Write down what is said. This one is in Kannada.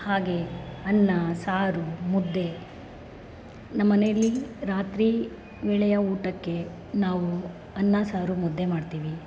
ಹಾಗೆ ಅನ್ನ ಸಾರು ಮುದ್ದೆ ನಮ್ಮನೆಯಲ್ಲಿ ರಾತ್ರಿ ವೇಳೆಯ ಊಟಕ್ಕೆ ನಾವು ಅನ್ನ ಸಾರು ಮುದ್ದೆ ಮಾಡ್ತೀವಿ